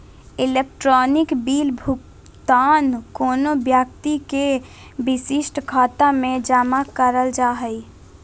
electronic bill भुगतान कोनो व्यक्ति के विशिष्ट खाता में जमा करल जा हइ